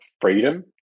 freedom